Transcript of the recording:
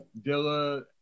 Dilla